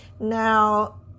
Now